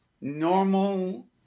normal